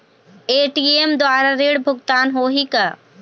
ATM द्वारा ऋण भुगतान होही का?